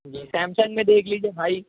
جی Samsung میں دیکھ لیجیے بھائی